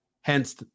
Hence